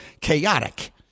chaotic